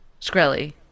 Shkreli